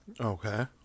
Okay